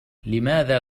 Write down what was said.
لماذا